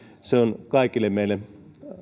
se on kaikille meille